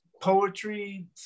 poetry